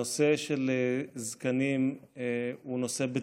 הנושא של זקנים הוא נושא בטיחותי,